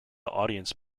audience